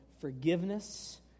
forgiveness